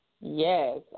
Yes